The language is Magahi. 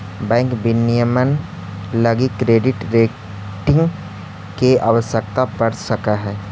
बैंक विनियमन लगी क्रेडिट रेटिंग के आवश्यकता पड़ सकऽ हइ